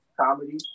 comedy